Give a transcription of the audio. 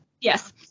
Yes